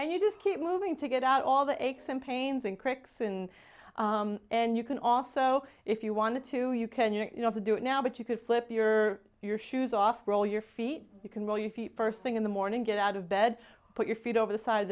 and you just keep moving to get out all the aches and pains and cricks in and you can also if you want to you can you know to do it now but you could flip your your shoes off roll your feet you can roll your feet first thing in the morning get out of bed put your feet over the side of